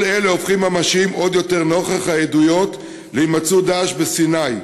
כל אלה הופכים ממשייים עוד יותר נוכח העדויות להימצאות "דאעש" בסיני.